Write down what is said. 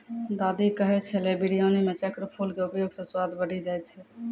दादी कहै छेलै बिरयानी मॅ चक्रफूल के उपयोग स स्वाद बढ़ी जाय छै